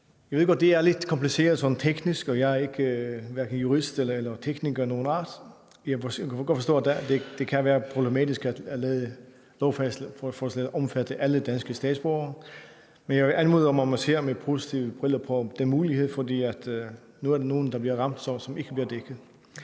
Jeg ved godt, at det er lidt kompliceret og teknisk, og jeg er hverken jurist eller tekniker af nogen art. Jeg kan godt forstå, at det kan være problematisk at lade lovforslaget omfatte alle danske statsborgere, men jeg vil anmode om, at man ser med positive briller på den mulighed, for nu er der nogle, som bliver ramt, som ikke bliver dækket.